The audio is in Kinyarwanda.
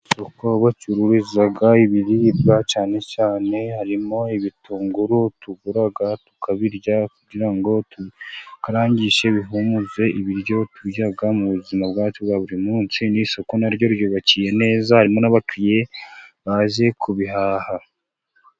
Kuko bahacururiza ibiribwa cyane cyane harimo ibitunguru tugura tukabirya, kugira ngo tubikarangishe bihumuze ibiryo turya mu buzima bwacu bwa buri munsi, n' isoko naryo ryubakiye neza harimo n' abakiriya baje kubihaha.